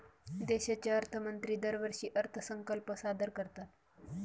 देशाचे अर्थमंत्री दरवर्षी अर्थसंकल्प सादर करतात